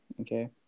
okay